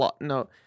No